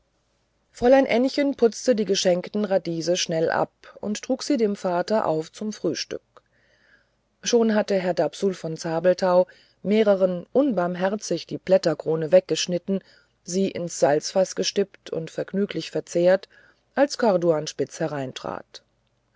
fräulein ännchen putzte die geschenkten radiese schnell ab und trug sie dem vater auf zum frühstück schon hatte herr dapsul von zabelthau mehreren unbarmherzig die blätterkrone weggeschnitten sie ins salzfaß gestippt und vergnüglich verzehrt als corduanspitz hereintrat